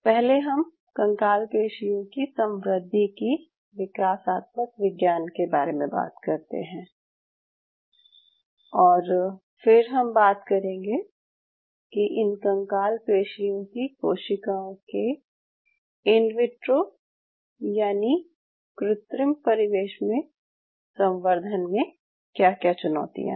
पहले हम कंकाल पेशियों की संवृद्धि की विकासत्मक विज्ञान के बारे में बात करते हैं और फिर हम बात करेंगे कि इन कंकाल पेशियों की कोशिकाओं के इन विट्रो यानि कृत्रिम परिवेश में संवर्धन में क्या क्या चुनौतियाँ हैं